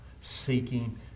seeking